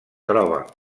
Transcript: troba